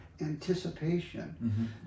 Anticipation